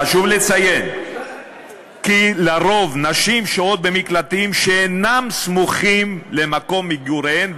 חשוב לציין כי לרוב נשים שוהות במקלטים שאינם סמוכים למקום מגוריהן,